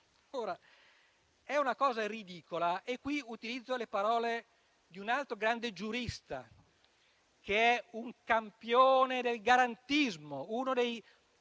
quanto ciò sia ridicolo, utilizzo le parole di un altro grande giurista, che è un campione del garantismo, uno dei